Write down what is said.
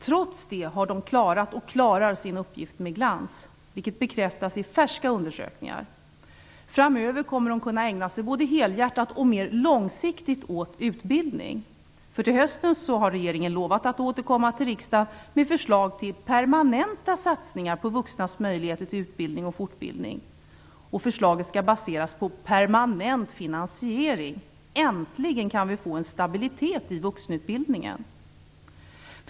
Trots det har de klarat och klarar sin uppgift med glans, vilket bekräftas i färska undersökningar. Framöver kommer de att kunna ägna sig både helhjärtat och mer långsiktigt åt utbildning, därför att till hösten har regeringen lovat att återkomma till riksdagen med förslag till permanenta satsningar på vuxnas möjligheter till utbildning och fortbildning. Förslaget skall baseras på permanent finansiering. Äntligen kan vi få en stabilitet i vuxenutbildningen.